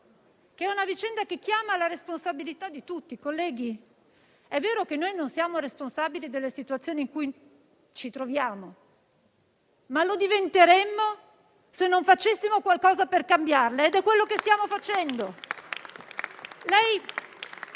questa vicenda, che chiama alla responsabilità di tutti. Colleghi, è vero che noi non siamo responsabili della situazione in cui ci troviamo, ma lo diventeremmo se non facessimo qualcosa per cambiarla ed è ciò che stiamo facendo.